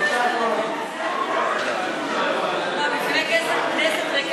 חוק המועצה להשכלה גבוהה (תיקון מס' 18),